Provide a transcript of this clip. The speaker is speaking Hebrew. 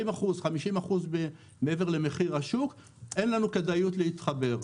40-50% מעבר למחיר השוק ואין לנו כדאיות להתחבר..".